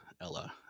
Ella